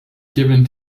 given